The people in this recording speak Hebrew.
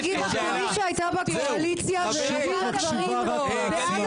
שוב את